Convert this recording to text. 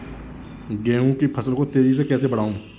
गेहूँ की फसल को तेजी से कैसे बढ़ाऊँ?